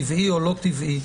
טבעי או לא טבעי,